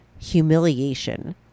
humiliation